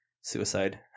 suicide